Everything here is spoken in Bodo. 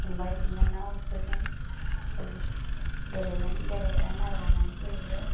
फंबाय बिनानावफोरजों जों गेलेगोन गेलेग्रा माल लानानै गेलेयो